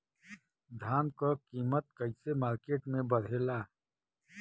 धान क कीमत कईसे मार्केट में बड़ेला?